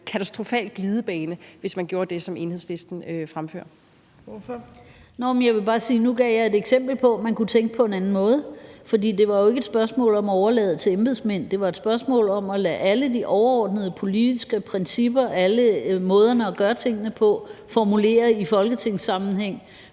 Jette Gottlieb (EL): Jeg ville bare sige, at jeg nu gav et eksempel på, at man kunne tænke på en anden måde. For det var jo ikke et spørgsmål om at overlade det til embedsmænd. Det var et spørgsmål om at lade alle de overordnede politiske principper, alle måderne at gøre tingene på, formulere i folketingssammenhæng,